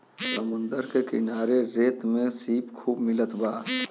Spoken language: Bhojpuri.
समुंदर के किनारे रेत में सीप खूब मिलत बा